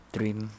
Dream